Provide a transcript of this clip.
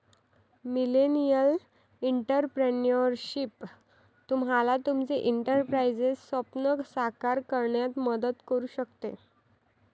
millennial entrepreneurship तुम्हाला तुमचे एंटरप्राइझचे स्वप्न साकार करण्यात मदत करू शकते